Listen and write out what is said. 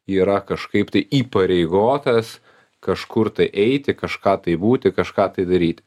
yra kažkaip tai įpareigotas kažkur tai eiti kažką tai būti kažką tai daryti